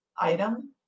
item